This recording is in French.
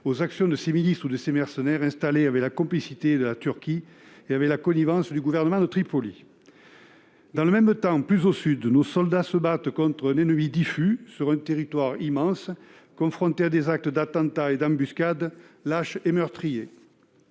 aux actions de ces milices ou de ces mercenaires, installés avec la complicité de la Turquie et avec la connivence du gouvernement de Tripoli. Dans le même temps, plus au sud, nos soldats se battent contre un ennemi diffus, sur un territoire immense. Ils sont confrontés à des attentats et à des embuscades lâches et meurtriers.